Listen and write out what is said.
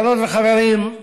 חברות וחברים,